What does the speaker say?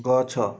ଗଛ